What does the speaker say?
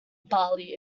bali